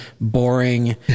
boring